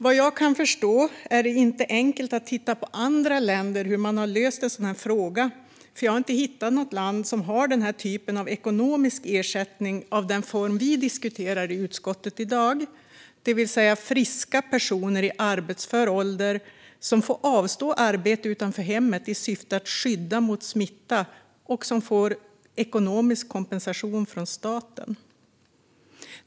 Vad jag kan förstå är det inte enkelt att titta på hur andra länder har löst en sådan här fråga, för jag har inte hittat något land som har den här typen av ekonomisk ersättning av den form vi diskuterar i utskottet i dag, det vill säga till friska personer i arbetsför ålder som får avstå från arbete utanför hemmet i syfte att skydda mot smitta och som får ekonomisk kompensation från staten.